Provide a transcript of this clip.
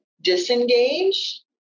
disengage